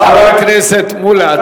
חבר הכנסת מולה,